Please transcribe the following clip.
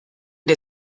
der